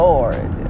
Lord